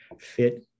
fit